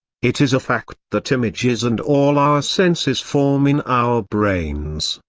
it is a fact that images and all our senses form in our brains.